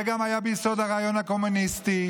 זה היה גם ביסוד הרעיון הקומוניסטי.